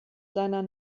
seiner